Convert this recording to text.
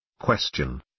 Question